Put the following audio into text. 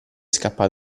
scappa